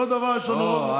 אותו דבר יש לנו רוב, לא.